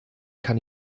kann